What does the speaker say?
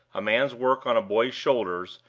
a man's work on a boy's shoulders,